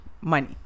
money